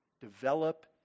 develop